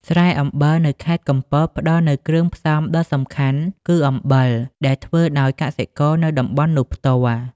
ស្រែអំបិលនៅខេត្តកំពត ផ្តល់នូវគ្រឿងផ្សំដ៏សំខាន់គឺអំបិលដែលធ្វើដោយកសិករនៅតំបន់នោះផ្ទាល់។។